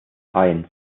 eins